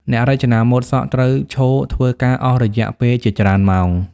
អ្នករចនាម៉ូដសក់ត្រូវឈរធ្វើការអស់រយៈពេលជាច្រើនម៉ោង។